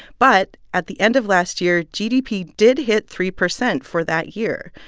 but at the end of last year, gdp did hit three percent for that year.